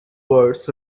words